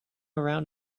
along